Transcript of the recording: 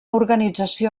organització